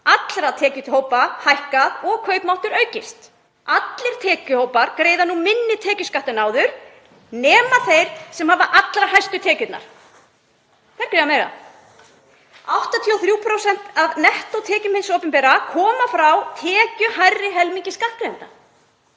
allra tekjuhópa hækkað og kaupmáttur aukist. Allir tekjuhópar greiða nú minni tekjuskatt en áður nema þeir sem hafa allra hæstu tekjurnar, þeir greiða meira. 83% af nettótekjum hins opinbera koma frá tekjuhærri helmingi skattgreiðenda.